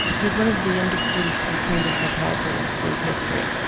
he was one of the youngest students to be trained in psychiatry in the school's history,